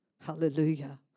Hallelujah